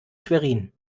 schwerin